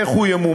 איך הוא ימומן,